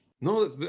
No